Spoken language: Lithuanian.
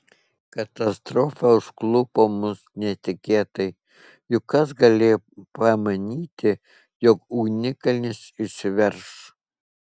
katastrofa užklupo mus netikėtai juk kas galėjo pamanyti jog ugnikalnis išsiverš